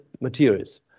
materials